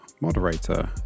moderator